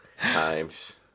times